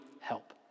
help